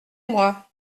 moi